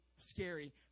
scary